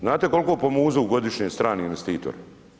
Znate koliko pomuzu godišnje strani investitori?